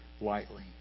lightly